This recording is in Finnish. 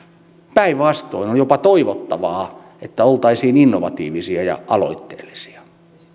päinvastoin on jopa toivottavaa että oltaisiin innovatiivisia ja aloitteellisia